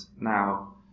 now